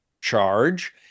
charge